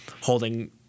holding